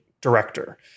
director